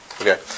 Okay